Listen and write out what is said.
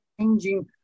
changing